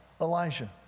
Elijah